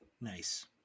Nice